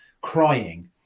crying